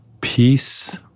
Peace